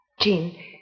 Jean